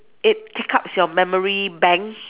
it takes up your memory banks